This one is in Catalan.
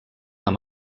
amb